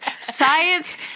Science